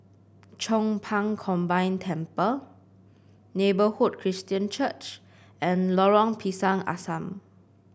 Chong Pang Combine Temple Neighbourhood Christian Church and Lorong Pisang Asam